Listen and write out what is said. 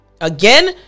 Again